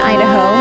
Idaho